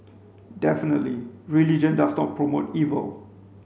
definitely religion does not promote evil